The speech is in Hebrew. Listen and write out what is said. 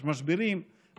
יש משברים,